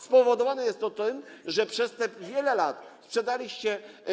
Spowodowane jest to tym, że przez te wiele lat sprzedaliście.